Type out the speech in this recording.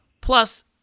Plus